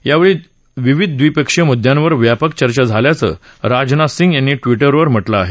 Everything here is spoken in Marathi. यावेळी विविध ड्रीपक्षीय मुद्यांवर व्यापक चर्चा झाल्याचं राजनाथ सिंग यांनी ट्विटरवर म्हटलं आहे